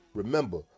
Remember